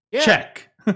Check